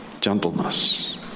Gentleness